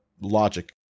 logic